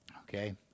okay